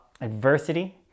adversity